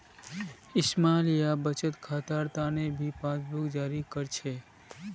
small या बचत खातार तने भी पासबुकक जारी कर छे